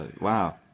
Wow